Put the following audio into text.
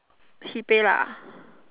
he pay lah